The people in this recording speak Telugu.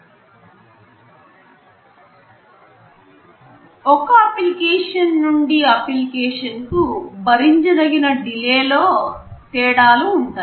ఇక ఒక అప్లికేషన్ నుండి అప్లికేషన్ కు భరించదగిన డిలే లో తేడాలు ఉంటాయి